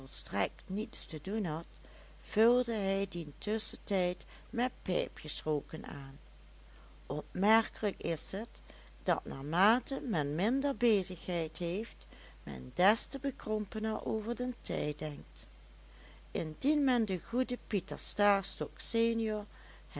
volstrekt niets te doen had vulde hij dien tusschentijd met pijpjes rooken aan opmerkelijk is het dat naarmate men minder bezigheid heeft men des te bekrompener over den tijd denkt indien men den goeden pieter stastok senior